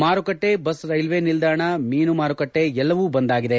ಮಾರುಕಟ್ಟೆ bus railway ನಿಲ್ದಾಣ ಮೀನು ಮಾರುಕಟ್ಟೆ ಎಲ್ಲವೂ ಬಂದ್ ಆಗಿದೆ